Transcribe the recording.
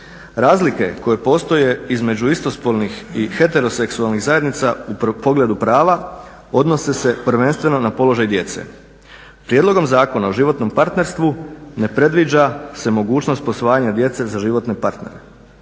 Razlike koje postoje između istospolnih i heteroseksualnih zajednica u pogledu prava odnose se prvenstveno na položaj djece. Prijedlogom Zakona o životnom partnerstvu ne predviđa se mogućnost posvajanja djece za životne partnere.